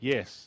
Yes